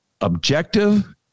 objective